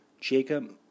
Jacob